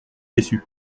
déçus